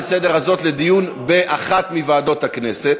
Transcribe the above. לסדר-היום לדיון באחת מוועדות הכנסת?